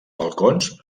balcons